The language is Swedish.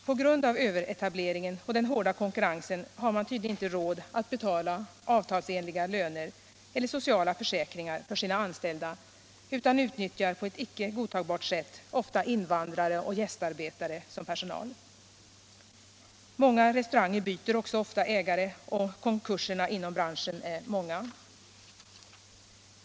På grund av överetableringen och den hårda konkurrensen har man tydligen inte råd att betala avtalsenliga löner eller sociala försäkringar för sina anställda utan utnyttjar på ett icke godtagbart sätt ofta invandrare och gästarbetare som personal. Många restauranger byter också ofta ägare och konkurserna inom branschen är många.